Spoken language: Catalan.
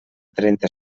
trenta